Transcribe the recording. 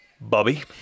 Bobby